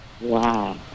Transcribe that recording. Wow